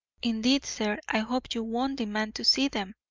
indeed, sir, i hope you won't demand to see them.